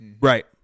Right